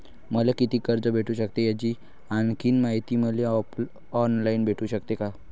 मले कितीक कर्ज भेटू सकते, याची आणखीन मायती मले ऑनलाईन भेटू सकते का?